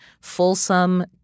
fulsome